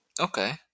Okay